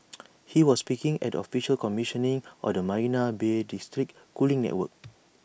he was speaking at the official commissioning of the marina Bay's district cooling network